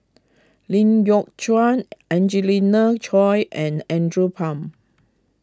Lee Yock Suan Angelina Choy and Andrew Phang